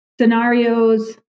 scenarios